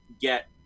get